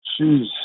Jeez